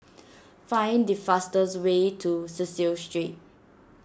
find the fastest way to Cecil Street